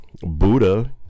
Buddha